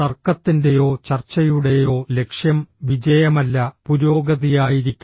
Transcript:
തർക്കത്തിൻ്റെയോ ചർച്ചയുടെയോ ലക്ഷ്യം വിജയമല്ല പുരോഗതിയായിരിക്കണം